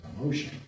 emotion